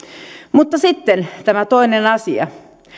mutta sitten tämä toinen asia